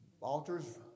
Altars